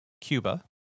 Cuba